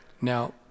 now